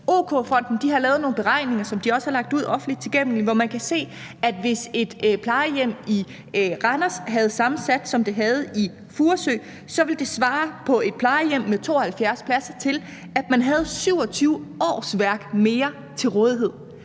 OK-Fonden har lavet nogle beregninger, som de også har lagt ud, og som er offentligt tilgængelige, hvor man kan se, at hvis et plejehjem i Randers havde samme sats, som man har i Furesø, ville det på et plejehjem med 72 pladser svare til, at man havde 27 årsværk mere til rådighed,